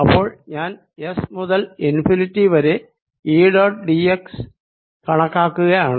അപ്പോൾ ഞാൻ s മുതൽ ഇൻഫിനിറ്റി വരെ integral E dot d x കണക്കാക്കുകയാണ്